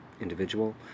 individual